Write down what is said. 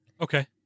Okay